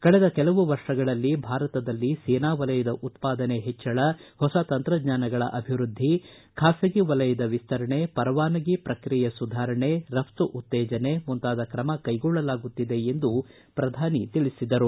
ಕಳೆದ ಕೆಲವು ವರ್ಷಗಳಲ್ಲಿ ಭಾರತದಲ್ಲಿ ಸೇನಾ ವಲಯದ ಉತ್ಪಾದನೆ ಹೆಚ್ವಳ ಹೊಸ ತಂತ್ರಜ್ಞಾನಗಳ ಅಭಿವೃದ್ಧಿ ಖಾಸಗಿ ವಲಯದ ವಿಸ್ತರಣೆ ಪರವಾನಗಿ ಪ್ರಕ್ರಿಯೆ ಸುಧಾರಣೆ ರಘ್ತು ಉತ್ತೇಜನಾ ಮುಂತಾದ ಕ್ರಮ ಕೈಗೊಳ್ಳಲಾಗುತ್ತಿದೆ ಎಂದು ಪ್ರಧಾನಿ ತಿಳಿಸಿದರು